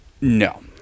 no